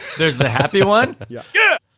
there's the happy one. yeah. yeah.